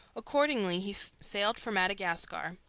accordingly he sailed for madagascar.